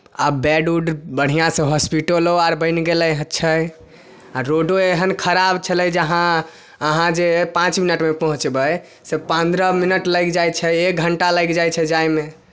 आब बेड उड बढ़िआँसँ हॉस्पिटलो अर बनि गेलै हे छै आ रोडो एहन खराब छलै जे अहाँ अहाँ जे पाँच मिनटमे पहुँचबै से पन्द्रह मिनट लागि जाइ छै एक घण्टा लागि जाइ छै जाइमे